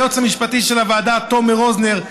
ליועץ המשפטי של הוועדה תומר רוזנר,